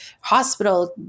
hospital